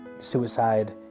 Suicide